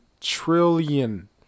trillion